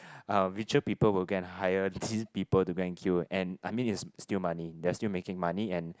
uh richer people will go and hire these people to go and queue and I mean it's still money they are still making money and